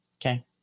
Okay